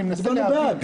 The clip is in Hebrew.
אני מנסה להבין.